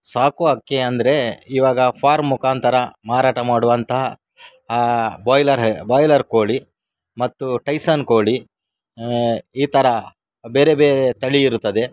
ಸಾಕುವ ಹಕ್ಕಿ ಅಂದರೆ ಇವಾಗ ಫಾರ್ಮ್ ಮುಖಾಂತರ ಮಾರಾಟ ಮಾಡುವಂತಹ ಬಾಯ್ಲರ್ ಹೆ ಬಾಯ್ಲರ್ ಕೋಳಿ ಮತ್ತು ಟೈಸಾನ್ ಕೋಳಿ ಈ ಥರ ಬೇರೆ ಬೇರೆ ತಳಿ ಇರುತ್ತದೆ